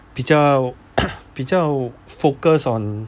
比较 比较 focus on